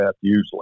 usually